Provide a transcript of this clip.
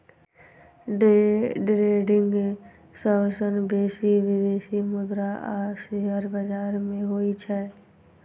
day trading सबसं बेसी विदेशी मुद्रा आ शेयर बाजार मे होइ छै